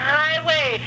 highway